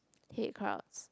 hate crowds